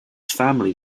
family